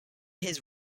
his